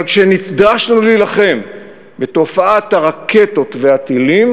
אבל כשנדרשנו להילחם בתופעת הרקטות והטילים,